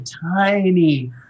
tiny